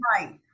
Right